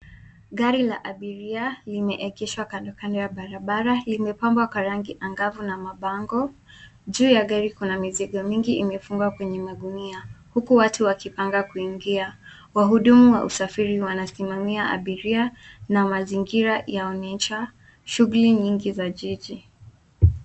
Gari la abiria limeegeshwa kando kando ya barabara limepambwa kwa rangi angavu na mabango. Juu ya gari kuna mizigo mingi imefungwa kwenye magunia huku watu wakipanga kuingia. Wahudumu wa usafiri wanasimamia abiria na mazingira yaonyesha shughuli nyingi za jiji.